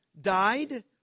Died